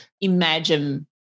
imagine